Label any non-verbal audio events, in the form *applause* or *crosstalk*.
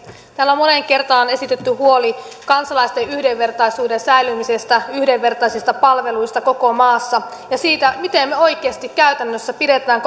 täällä on moneen kertaan esitetty huoli kansalaisten yhdenvertaisuuden säilymisestä yhdenvertaisista palveluista koko maassa ja siitä miten me oikeasti käytännössä pidämme *unintelligible*